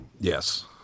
Yes